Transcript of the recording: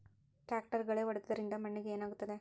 ಟ್ರಾಕ್ಟರ್ಲೆ ಗಳೆ ಹೊಡೆದಿದ್ದರಿಂದ ಮಣ್ಣಿಗೆ ಏನಾಗುತ್ತದೆ?